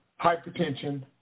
hypertension